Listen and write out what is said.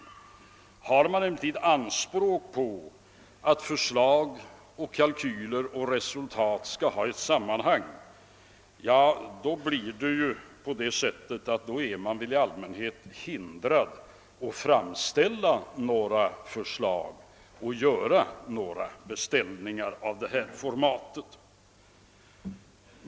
Har man emellertid anspråk på att förslag, kalkyler och resultat skall ha ett sammanhang känner man sig väl i allmänhet förhindrad att göra beställningar av detta format.